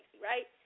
right